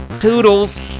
Toodles